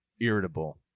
irritable